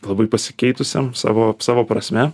labai pasikeitusiam savo savo prasme